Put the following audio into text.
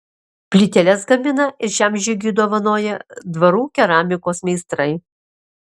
plyteles gamina ir šiam žygiui dovanoja dvarų keramikos meistrai